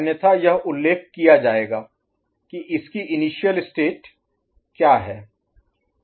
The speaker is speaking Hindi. अन्यथा यह उल्लेख किया जाएगा कि इसकी इनिशियल स्टेट क्या है